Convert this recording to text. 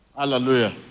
Hallelujah